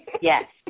Yes